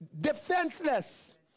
defenseless